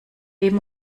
dem